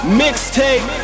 mixtape